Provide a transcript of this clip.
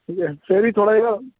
ਠੀਕ ਹੈ ਫਿਰ ਵੀ ਥੋੜ੍ਹਾ ਜਿਹਾ